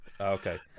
okay